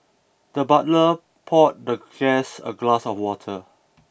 the butler poured the guest a glass of water